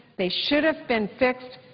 they should have been fixed,